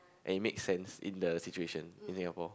and it makes sense in the situation in Singapore